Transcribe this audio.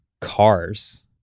cars